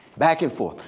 back and forth.